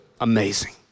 amazing